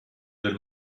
del